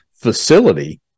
facility